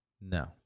No